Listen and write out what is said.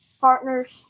partners